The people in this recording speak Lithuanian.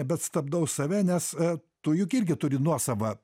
bet stabdau save nes tu juk irgi turi nuosavą